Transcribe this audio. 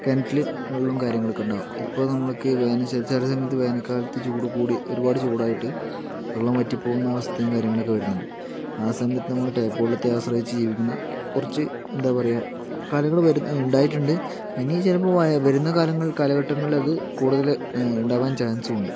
കിണറ്റില് വെള്ളോം കാര്യങ്ങളൊക്കെ ഉണ്ടാവും ഇപ്പോൾ നമ്മൾക്ക് വേനൽച്ചാല് ചില സമയത്ത് വേനൽക്കാലത്ത് ചൂട് കൂടി ഒരുപാട് ചൂടായിട്ട് വെള്ളം വറ്റി പോവുന്ന അവസ്ഥയും കാര്യങ്ങളും ഒക്കെ വരുന്നുണ്ട് ആ സമയത്ത് നമ്മള് ടാപ്പു വെള്ളത്തെ ആശ്രയിച്ചു ജീവിക്കുന്ന കുറച്ച് എന്താ പറയുക കാര്യങ്ങള് വര് ഉ ണ്ടായിട്ടുണ്ട് ഇനി ചിലപ്പോൾ വയ വരുന്ന കാലങ്ങള് കാലഘട്ടങ്ങളില് അത് കൂടുതല് ഉണ്ടാവാൻ ചാന്സും ഉണ്ട്